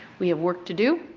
we have work to do.